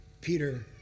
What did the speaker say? Peter